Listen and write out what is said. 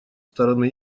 стороны